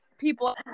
people